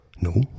No